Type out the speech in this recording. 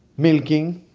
milking,